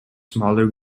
smaller